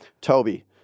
Toby